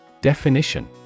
Definition